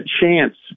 chance